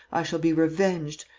i shall be revenged.